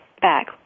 back